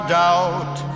doubt